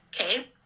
Okay